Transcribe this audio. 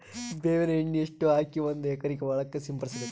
ಬೇವಿನ ಎಣ್ಣೆ ಎಷ್ಟು ಹಾಕಿ ಒಂದ ಎಕರೆಗೆ ಹೊಳಕ್ಕ ಸಿಂಪಡಸಬೇಕು?